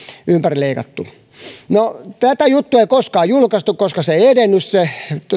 ympärileikattu no tätä juttua ei koskaan julkaistu koska se ei edennyt se